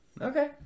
Okay